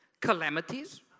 calamities